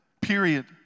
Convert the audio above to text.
period